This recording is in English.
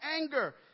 anger